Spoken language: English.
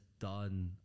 done